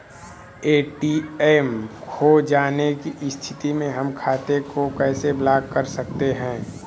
ATM खो जाने की स्थिति में हम खाते को कैसे ब्लॉक कर सकते हैं?